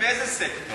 חיילים באיזה סקטור?